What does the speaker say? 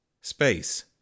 space